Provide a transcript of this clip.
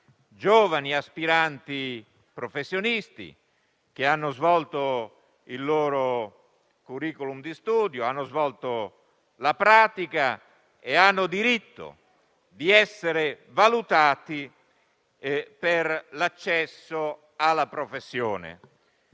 giovani aspiranti professionisti, che hanno svolto il loro *curriculum* di studio e la pratica e hanno dunque il diritto di essere valutati per l'accesso alla professione.